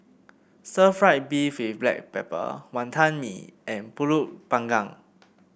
Stir Fried Beef with Black Pepper Wantan Mee and pulut Panggang